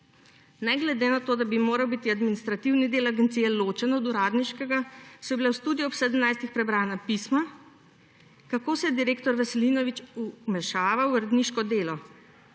Ne glede na to, da bi moral biti administrativni del agencije ločen od uradniškega, so bila v Studiu ob 17h prebrana pisma, kako se je direktor Veselinovič vmešaval v uredniško delo